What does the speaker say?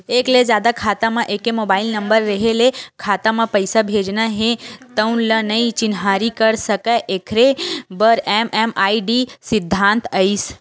एक ले जादा खाता म एके मोबाइल नंबर रेहे ले खाता म पइसा भेजना हे तउन ल नइ चिन्हारी कर सकय एखरे बर एम.एम.आई.डी सिद्धांत आइस